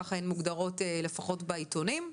ככה הן מוגדרות לפחות בעיתונים,